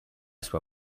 sua